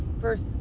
first